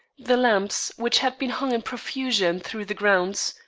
the lamps, which had been hung in profusion through the grounds,